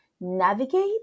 navigate